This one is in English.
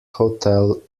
hotel